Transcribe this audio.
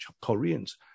Koreans